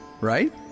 Right